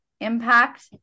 impact